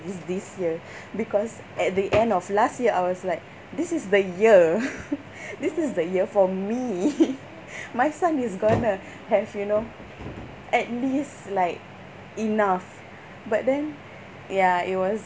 this this year because at the end of last year I was like this is the year this is the year for me my son is gonna have you know at least like enough but then ya it was